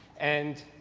and,